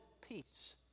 peace